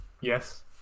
Yes